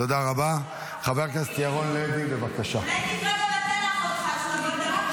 -- שתגיע לאמת ושתקבל אמון למען עתיד כולנו.